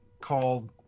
called